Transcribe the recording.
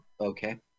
okay